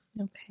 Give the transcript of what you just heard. Okay